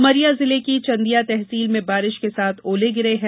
उमरिया जिले ँकी चंदिया तहसील में बारिश के साथ ओले गिरे हैं